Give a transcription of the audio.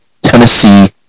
Tennessee